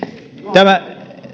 tämä